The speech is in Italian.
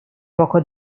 poco